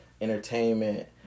entertainment